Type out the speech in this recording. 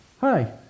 hi